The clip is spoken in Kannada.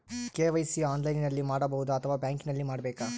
ಕೆ.ವೈ.ಸಿ ಆನ್ಲೈನಲ್ಲಿ ಮಾಡಬಹುದಾ ಅಥವಾ ಬ್ಯಾಂಕಿನಲ್ಲಿ ಮಾಡ್ಬೇಕಾ?